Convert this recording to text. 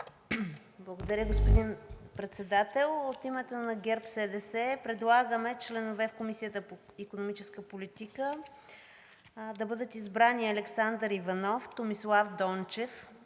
Благодаря, господин Председател. От името на ГЕРБ-СДС предлагаме за членове в Комисията по икономическа политика да бъдат избрани: Александър Иванов, Томислав Дончев,